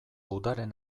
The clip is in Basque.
udaren